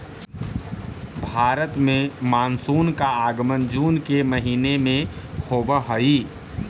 भारत में मानसून का आगमन जून के महीने में होव हई